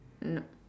no